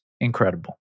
incredible